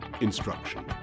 instruction